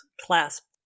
clasped